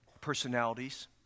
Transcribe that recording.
personalities